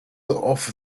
off